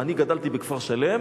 אני גדלתי בכפר-שלם,